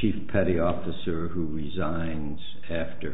chief petty officer who resigns after